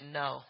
no